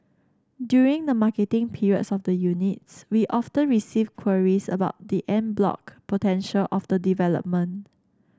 during the marketing period of the units we often receive queries about the en bloc potential of the development